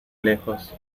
lejos